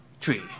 tree